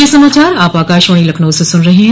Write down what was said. ब्रे क यह समाचार आप आकाशवाणी लखनऊ से सुन रहे हैं